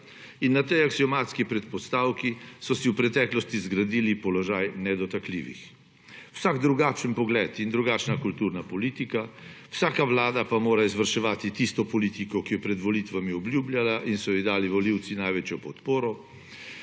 in na tej aksiomatski predpostavki so si v preteklosti zgradili položaj nedotakljivih. Vsak drugačen pogled in drugačna kulturna politika, vsaka vlada pa mora izvrševati tisto politiko, ki jo je pred volitvami obljubljala in so ji dali volivci največjo podporo,